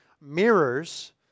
mirrors